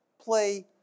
play